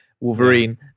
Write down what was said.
Wolverine